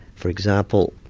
for example,